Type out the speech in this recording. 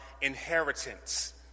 inheritance